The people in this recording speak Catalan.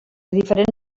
diferent